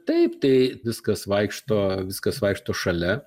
taip tai viskas vaikšto viskas vaikšto šalia